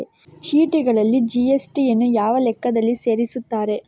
ಚೀಟಿಗಳಲ್ಲಿ ಜಿ.ಎಸ್.ಟಿ ಯನ್ನು ಯಾವ ಲೆಕ್ಕದಲ್ಲಿ ಸೇರಿಸುತ್ತಾರೆ?